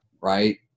right